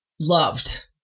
loved